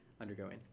undergoing